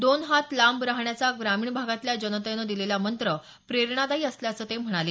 दोन हात लांब राहण्याचा ग्रामीण भागातल्या जनतेनं दिलेला मंत्र प्रेरणादायी असल्याचं ते म्हणाले